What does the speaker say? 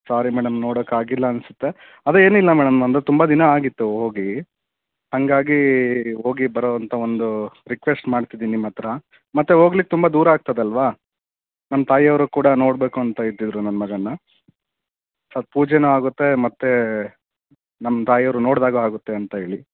ಸೋರಿ madam ನೋಡೋಕ್ಕಾಗಿಲ್ಲ ಅನ್ನಿಸುತ್ತೆ ಅದೇ ಏನಿಲ್ಲ ಮೇಡಮ್ ಅಂದರೆ ತುಂಬ ದಿನ ಆಗಿತ್ತು ಹೋಗಿ ಹಾಗಾಗಿ ಹೋಗಿ ಬರೋ ಅಂತ ಒಂದು ರಿಕ್ವೆಸ್ಟ್ ಮಾಡ್ತಿದ್ದೀನಿ ನಿಮ್ಮ ಹತ್ತಿರ ಮತ್ತೆ ಹೋಗ್ಲಿಕ್ ತುಂಬ ದೂರ ಆಗ್ತದಲ್ಲವಾ ನಮ್ಮ ತಾಯಿಯವ್ರೂ ಕೂಡ ನೋಡಬೇಕು ಅಂತ ಇದ್ದಿದ್ದರು ನನ್ನ ಮಗನನ್ನ ಸೊ ಪೂಜೆಯೂ ಆಗುತ್ತೆ ಮತ್ತು ನಮ್ಮ ತಾಯಿಯವರು ನೋಡಿದಾಗೂ ಆಗುತ್ತೆ ಅಂತ ಹೇಳಿ